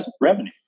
revenue